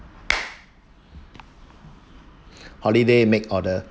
holiday make order